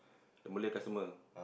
the Malay customer